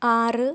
ആറ്